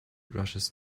rushes